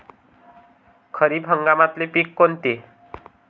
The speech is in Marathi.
खरीप हंगामातले पिकं कोनते?